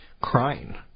crying